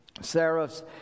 Seraphs